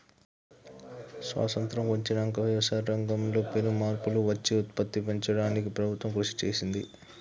స్వాసత్రం వచ్చినంక వ్యవసాయ రంగం లో పెను మార్పులు వచ్చి ఉత్పత్తి పెంచడానికి ప్రభుత్వం కృషి చేసింది